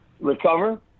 recover